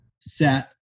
set